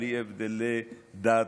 בלי הבדל דת,